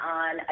on